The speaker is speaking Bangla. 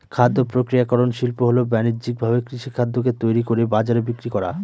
খাদ্য প্রক্রিয়াকরন শিল্প হল বানিজ্যিকভাবে কৃষিখাদ্যকে তৈরি করে বাজারে বিক্রি করা